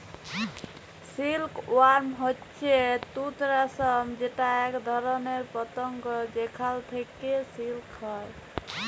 silk worm হচ্যে তুত রেশম যেটা এক ধরণের পতঙ্গ যেখাল থেক্যে সিল্ক হ্যয়